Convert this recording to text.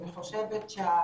אני חושבת שהוועדה,